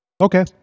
Okay